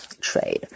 trade